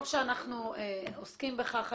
אני חושבת ש טוב שאנחנו עוסקים בכך היום,